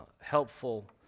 helpful